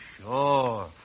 sure